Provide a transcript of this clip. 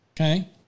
okay